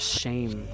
shame